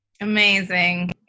Amazing